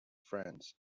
friends